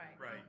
Right